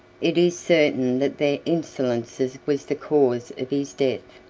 it is certain that their insolences was the cause of his death.